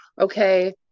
okay